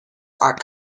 are